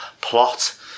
plot